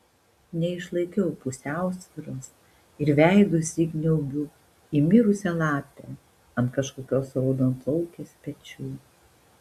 neišlaikau pusiausvyros ir veidu įsikniaubiu į mirusią lapę ant kažkokios raudonplaukės pečių